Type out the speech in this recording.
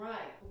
Right